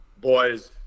Boys